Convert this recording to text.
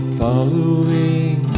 following